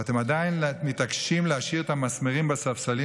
ואתם עדיין מתעקשים להשאיר את המסמרים בספסלים